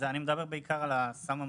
ואני מדבר בעיקר על הסם המסוכן,